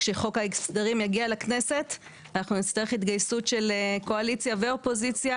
כשחוק ההסדרים יגיע לכנסת אנחנו נצטרך התגייסות של קואליציה ואופוזיציה,